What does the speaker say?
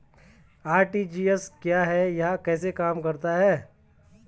RTGS क्या है यह कैसे काम करता है?